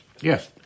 Yes